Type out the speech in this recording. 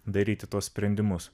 daryti tuos sprendimus